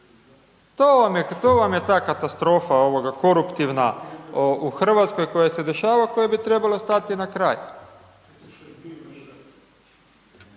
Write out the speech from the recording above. To vam je ta katastrofa koruptivna u RH koja se dešava, kojoj bi trebalo stati na kraj.